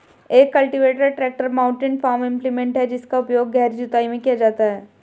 एक cultivator tractor mounted farm implement है जिसका उपयोग गहरी जुताई में किया जाता है